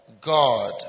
God